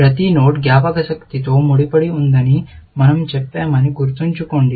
ప్రతి నోడ్ జ్ఞాపకశక్తితో ముడిపడి ఉందని మన০ చెప్పామని గుర్తుంచుకోండి